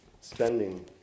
spending